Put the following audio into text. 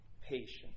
patience